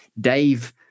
Dave